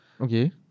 Okay